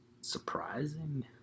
Surprising